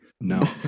No